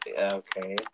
Okay